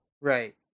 Right